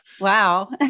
Wow